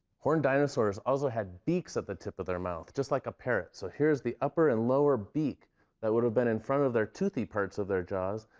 horned dinosaurs also had beaks at the tip of their mouth, just like a parrot. so, here's upper and lower beak that would have been in front of their toothy parts of their jaws.